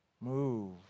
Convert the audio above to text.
move